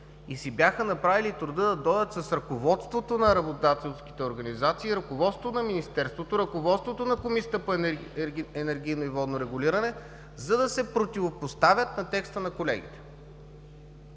и си бяха направили труда да дойдат с ръководствата – ръководствата на работодателските организации, ръководството на Министерството, ръководството на Комисията по енергийно и водно регулиране, за да се противопоставят на текста на колегите.